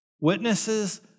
Witnesses